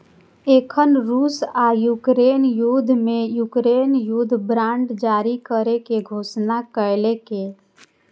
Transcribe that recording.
एखन रूस आ यूक्रेन युद्ध मे यूक्रेन युद्ध बांड जारी करै के घोषणा केलकैए